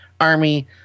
Army